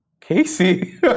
Casey